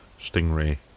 Stingray